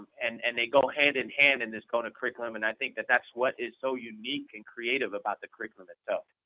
and and, they go hand in hand in this gona curriculum. and, i think that is what is so unique and creative about the curriculum itself.